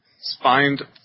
Spined